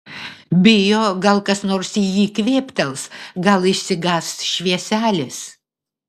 bijo gal kas nors į jį kvėptels gal išsigąs švieselės